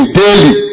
daily